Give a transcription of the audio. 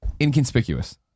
Inconspicuous